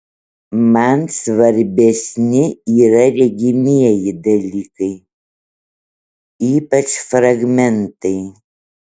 man svarbesni yra regimieji dalykai ypač fragmentai